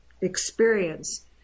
experience